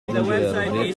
giungere